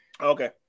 Okay